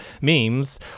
memes